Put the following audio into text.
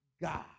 God